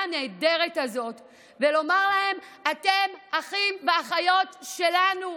הנהדרת הזאת ולומר להם: אתם אחים ואחיות שלנו.